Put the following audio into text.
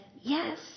yes